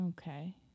Okay